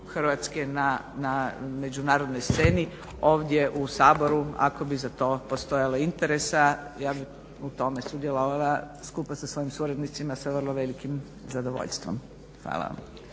Hrvatske na međunarodnoj sceni ovdje u Saboru, ako bi za to postojalo interesa. Ja bih u tome sudjelovala skupa sa svojim suradnicima, sa vrlo velikim zadovoljstvom. Hvala vam.